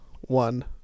one